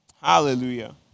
Hallelujah